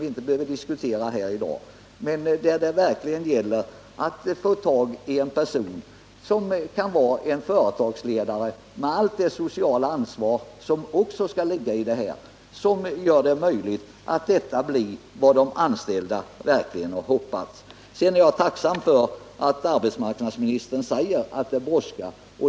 Vi behöver inte i dag diskutera hur chefen skall vara, men det gäller att få tag på en person som kan vara företagsledare och ha allt det sociala ansvar som också fordras för att göra det möjligt att Stiftelsen Samhällsföretag verkligen skall bli vad de anställda har hoppats. Jag är tacksam för att arbetsmarknadsministern säger att det brådskar.